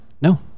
No